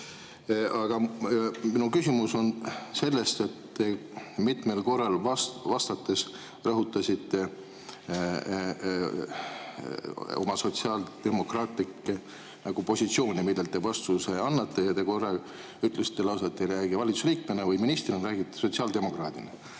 minu küsimus on selle kohta, et mitmel korral te vastates rõhutasite oma sotsiaaldemokraatlikku positsiooni, millelt te vastuse annate. Te ühel korral ütlesite lausa, et te ei räägi valitsuse liikmena või ministrina, vaid räägite sotsiaaldemokraadina.